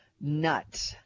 nut